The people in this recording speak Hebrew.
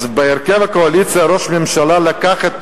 אז בהרכב הקואליציה ראש הממשלה לקח דווקא